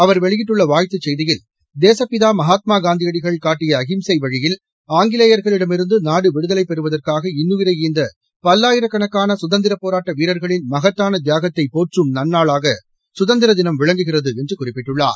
அவர் வெளியிட்டுள்ள வாழ்த்துச் செய்தியில் தேசப்பிதா மகாத்மா காந்தியடிகள் காட்டிய அஹிம்சை வழியில் ஆங்கிலேயர்களிடமிருந்து நாடு விடுதலை பெறுவதற்காக இன்னுயிரை ஈந்த பல்லாயிரக்கணக்கான சுதந்திரப் போராட்ட வீரர்களின் மகத்தாள தியாகத்தை போற்றம் நன்னாளாக சுதந்திர தினம் விளங்குகிறது என்று குறிப்பிட்டுள்ளார்